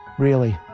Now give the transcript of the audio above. really.